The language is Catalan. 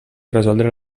resoldre